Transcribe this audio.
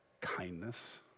kindness